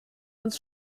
uns